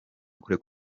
kureka